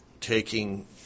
taking